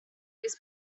was